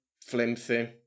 flimsy